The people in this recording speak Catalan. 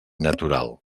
natural